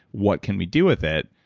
what can we do with it?